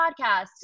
podcast